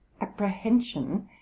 apprehension